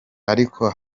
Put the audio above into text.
ariko